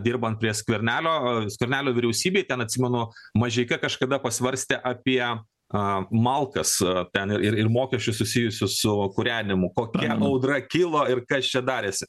dirbant prie skvernelio skvernelio vyriausybei ten atsimenu mažeika kažkada pasvarstė apie a malkas ten ir ir ir mokesčius susijusius su kūrenimu kokia audra kilo ir kas čia darėsi